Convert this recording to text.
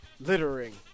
littering